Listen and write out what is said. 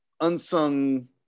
unsung